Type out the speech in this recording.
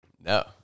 no